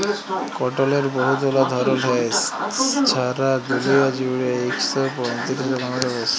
কটলের বহুতলা ধরল হ্যয়, ছারা দুলিয়া জুইড়ে ইক শ পঁয়তিরিশ রকমেরও বেশি